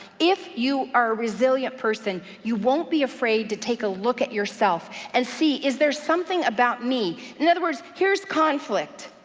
if you are a resilient person, you won't be afraid to take a look at yourself and see is there something about me. in other words, here's conflict,